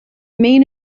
main